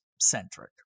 centric